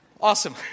Awesome